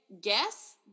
guess